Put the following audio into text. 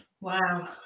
wow